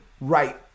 right